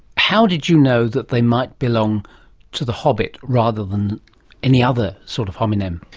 how did you know that they might belong to the hobbit rather than any other sort of hominem?